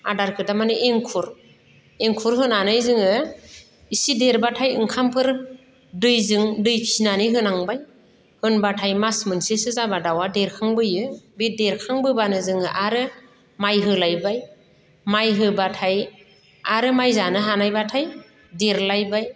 आदारखो थारमाने एंखुर एंखुर होनानै जोङो इसे देरब्लाथाय ओंखामफोर दैजों दै फिनानै होनांबाय होनब्लाथाय मास मोनसेसो जाब्ला दाउआ देरखांबोयो बे देरखांबोब्लाबो जोङो आरो माइ होलायबाय माइ होब्लाथाय आरो माइ जानो हानायब्लाथाय देरलायबाय